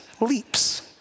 leaps